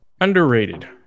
Underrated